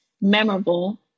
memorable